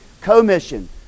Commission